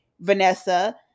vanessa